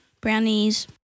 brownies